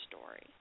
story